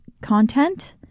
content